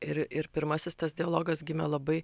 ir ir pirmasis tas dialogas gimė labai